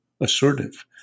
assertive